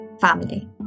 family